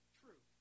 true